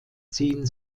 ziehen